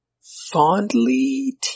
fondly